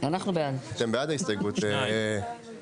הצבעה בעד, 2 נגד, 4 נמנעים,